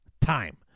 time